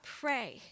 pray